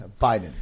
Biden